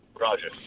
Roger